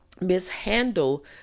mishandle